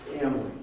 family